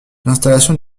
l’installation